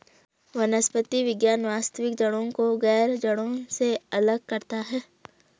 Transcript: वनस्पति विज्ञान वास्तविक जड़ों को गैर जड़ों से अलग करता है